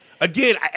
again